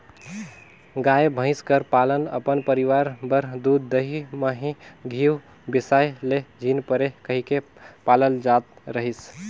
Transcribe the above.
गाय, भंइस कर पालन अपन परिवार बर दूद, दही, मही, घींव बेसाए ले झिन परे कहिके पालल जात रहिस